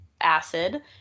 acid